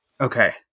Okay